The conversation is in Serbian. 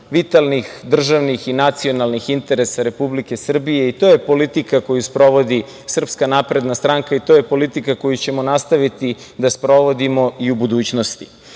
vitalnih državnih i nacionalnih interesa Republike Srbije. To je politika koju sprovodi Srpska napredna stranka i to je politika koju ćemo nastaviti da sprovodimo u budućnosti. Vidim